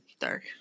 dark